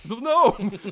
No